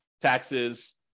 taxes